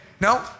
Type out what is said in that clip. no